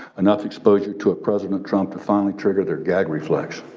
enough exposure to president trump to finally trigger their gag reflex.